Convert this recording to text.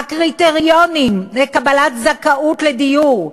הקריטריונים לקבלת זכאות לדיור,